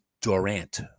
Durant